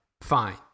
fine